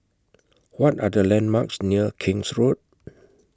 What Are The landmarks near King's Road